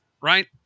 right